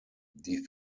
die